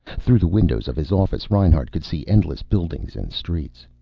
through the windows of his office, reinhart could see endless buildings and streets,